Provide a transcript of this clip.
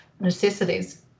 necessities